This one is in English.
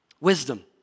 Wisdom